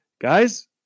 guys